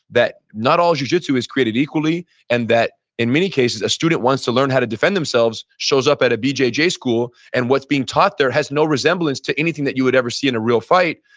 that not all jujitsu is created equally and that in many cases a student wants to learn how to defend themselves, shows up at a bjj school and what's being taught there has no resemblance to anything that you would ever see in a real fight.